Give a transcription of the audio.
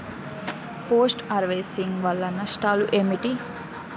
Post harvesting వల్ల నష్టాలు ఏంటి?